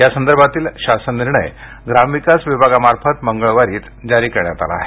यासंदर्भातील शासन निर्णय ग्रामविकास विभागामार्फत मंगळवारीच जारी करण्यात आला आहे